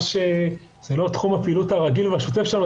זה לא תחום הפעילות הרגיל והשוטף שלנו,